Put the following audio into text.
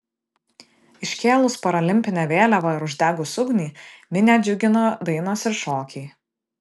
iškėlus paralimpinę vėliavą ir uždegus ugnį minią džiugino dainos ir šokiai